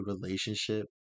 relationship